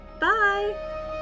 Bye